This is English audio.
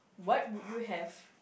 what would you have